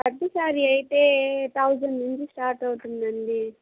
పట్టు శారీ అయితే థౌజండ్ నుంచి స్టార్ట్ అవుతుందండి